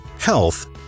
health